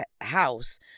house